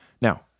Now